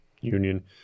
union